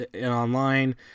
online